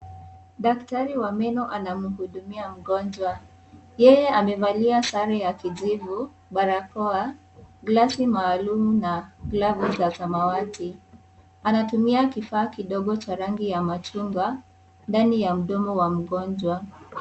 Daktari wa meno anamhudumia mgonjwa. Yeye amevalia sare ya kijivu, barakoa, glasi maalum na glovu za samawati. Anatumia kifaa kidogo cha rangi ya machungwa, ndani ya mdomo wa mgonjwa.